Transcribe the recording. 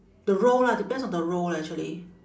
the role lah depends on the role actually